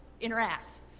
interact